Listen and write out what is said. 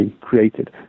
created